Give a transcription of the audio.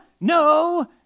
no